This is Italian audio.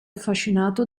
affascinato